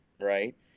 Right